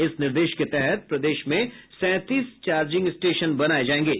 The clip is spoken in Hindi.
इस निर्देश के तहत प्रदेश में सैंतीस चार्जिंग स्टेशन बनाये जायेंगे